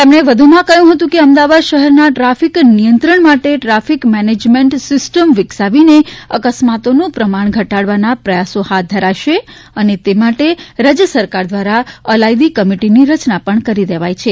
તેમણે વધુમાં કહ્યું હતું કે અમદાવાદ શહેરના ટ્રાફીક નિયંત્રણ માટે ટ્રાફીક મેનેજમેન્ટ સિસ્ટમ વિકસાવીને અકસ્માતોનું પ્રમાણ ઘટાડવાના પ્રયાસો હાથ ધરાશે અને તે માટે રાજ્ય સરકાર દ્વારા અલાયદી કમિટીની રચના પણ કરી દેવાઇ છે